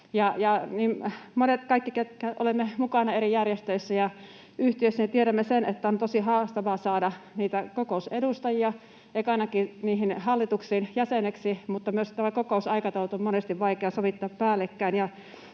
Kaikki me, ketkä olemme mukana eri järjestöissä ja yhtiöissä, tiedämme sen, että on tosi haastavaa ekanakin saada kokousedustajia niihin hallituksiin jäseniksi, mutta myös nämä kokousaikataulut on monesti vaikea sovittaa päällekkäin,